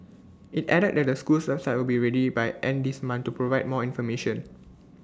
IT added that the school's website will be ready by end this month to provide more information